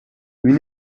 une